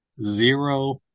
zero